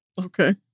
Okay